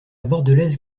bordelaise